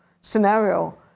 scenario